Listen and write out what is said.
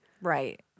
Right